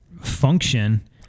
function